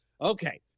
Okay